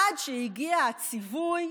עד שהגיע הציווי,